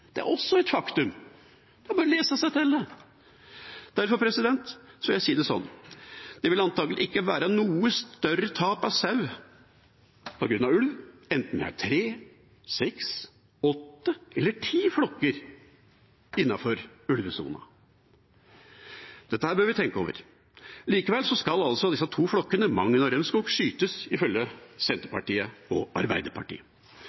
Det er også et faktum. Det er bare å lese seg til. Derfor vil jeg si det sånn: Det vil antakelig ikke være noe større tap av sau på grunn av ulv enten det er tre, seks, åtte eller ti flokker innenfor ulvesonen. Dette bør vi tenke over. Likevel skal altså disse to flokkene i Mangen og Rømskog skytes, ifølge